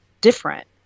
different